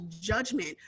judgment